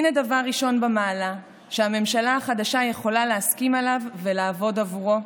הינה דבר ראשון במעלה שהממשלה החדשה יכולה להסכים עליו ולעבוד עבורו.